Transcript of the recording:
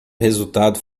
resultado